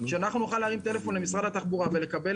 אנחנו רוצים שאנחנו נוכל להרים טלפון למשרד התחבורה ולקבל